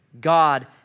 God